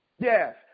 Yes